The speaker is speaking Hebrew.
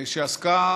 שעסקה